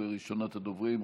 ראשונת הדוברים,